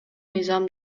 мыйзам